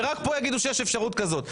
ורק פה יגידו שיש אפשרות כזאת.